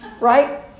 Right